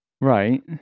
Right